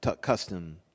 custom